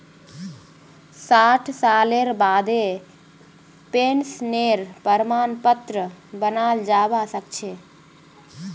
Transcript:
साठ सालेर बादें पेंशनेर प्रमाण पत्र बनाल जाबा सखछे